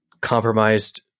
compromised